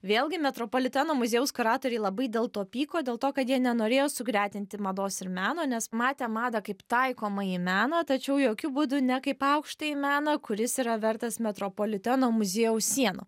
vėlgi metropoliteno muziejaus kuratoriai labai dėl to pyko dėl to kad jie nenorėjo sugretinti mados ir meno nes matė madą kaip taikomąjį meną tačiau jokiu būdu ne kaip aukštąjį meną kuris yra vertas metropoliteno muziejaus sienų